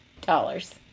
dollars